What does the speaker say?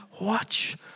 Watch